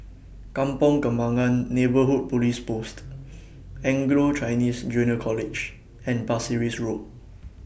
Kampong Kembangan Neighbourhood Police Post Anglo Chinese Junior College and Pasir Ris Road